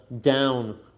down